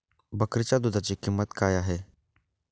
बकरीच्या दूधाची किंमत काय आहे?